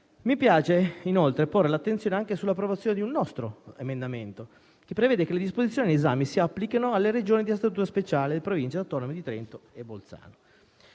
Mi piace, inoltre, porre l'attenzione anche sull'approvazione di un nostro emendamento, che prevede che le disposizioni in esame si applicano alle Regioni a Statuto speciale e alle Province autonome di Trento e Bolzano.